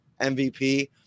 MVP